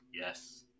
Yes